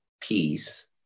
peace